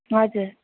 हजुर